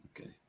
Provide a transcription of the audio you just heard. Okay